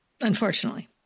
Unfortunately